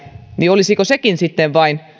niin olisiko sekin sitten vain